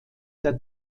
der